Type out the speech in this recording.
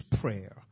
prayer